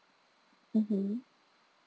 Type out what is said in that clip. mmhmm